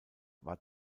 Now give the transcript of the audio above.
war